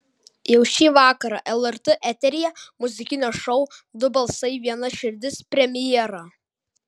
jau šį vakarą lrt eteryje muzikinio šou du balsai viena širdis premjera